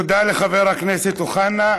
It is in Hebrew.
תודה לחבר הכנסת אוחנה.